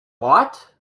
watt